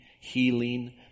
healing